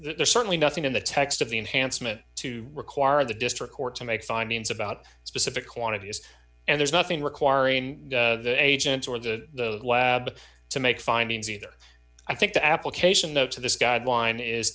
there's certainly nothing in the text of the enhancement to require the district court to make findings about specific quantities and there's nothing requiring the agents or the lab to make findings either i think the application of to this guideline is